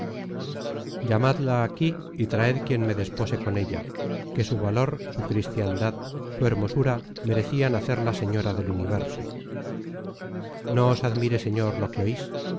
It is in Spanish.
llamadla aquí y traed quien me despose con ella que su valor su cristiandad su hermosura merecian hacerla señora del universo no os admire señor lo que ois